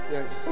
Yes